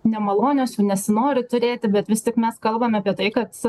nemalonios jų nesinori turėti bet vis tik mes kalbame apie tai kad